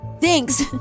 Thanks